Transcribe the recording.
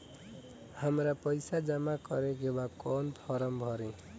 हमरा पइसा जमा करेके बा कवन फारम भरी?